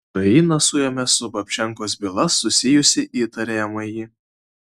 ukraina suėmė su babčenkos byla susijusį įtariamąjį